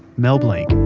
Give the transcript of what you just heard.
mel blanc,